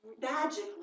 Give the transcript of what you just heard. magically